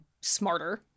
smarter